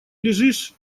лежишь